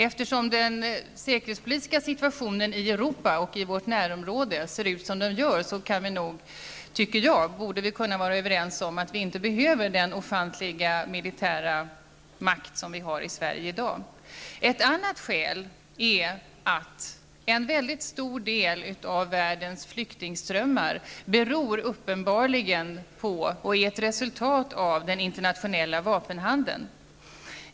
Eftersom den säkerhetspolitiska situationen i Europa och i vårt närområde ser ut som den gör, tycker jag att vi borde kunna vara överens om att vi inte behöver den ofantliga militära makt som vi i dag har i Ett annat skäl är att en mycket stor del av världens flyktingströmmar uppenbarligen beror på och är ett resultat av den internationella vapenhandeln.